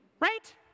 Right